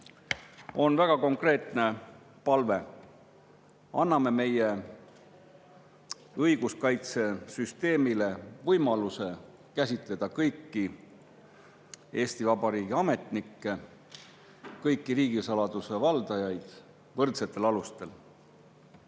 On väga konkreetne palve: anname meie õiguskaitsesüsteemile võimaluse käsitleda kõiki Eesti Vabariigi ametnikke, kõiki riigisaladuse valdajaid võrdsetel alustel.